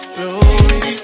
Glory